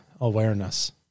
awareness